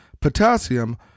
potassium